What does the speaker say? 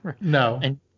No